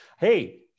Hey